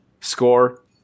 Score